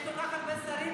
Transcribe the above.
יש כל כך הרבה שרים,